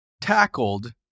tackled